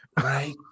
Right